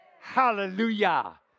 Hallelujah